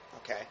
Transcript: okay